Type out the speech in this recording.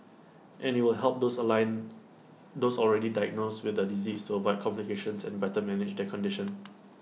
and IT will help those already diagnosed with the disease to avoid complications and better manage their condition